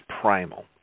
primal